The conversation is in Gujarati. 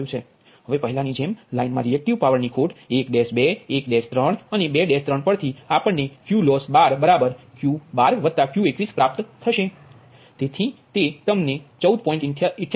હવે પહેલાની જેમ લાઇનમાં રિએક્ટિવ પાવરની ખોટ 1 2 1 3 અને 2 3 પરથી આપણ ને QLoss12Q12Q21 પ્રાપ્ત થશે તેથી તમને 14